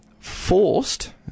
forced